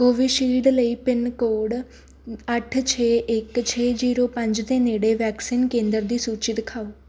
Covishield ਲਈ pin code ਅੱਠ ਛੇ ਇੱਕ ਛੇ ਜੀਰੋ ਪੰਜ ਦੇ ਨੇੜੇ ਵੈਕਸੀਨ ਕੇਂਦਰ ਦੀ ਸੂਚੀ ਦਿਖਾਓ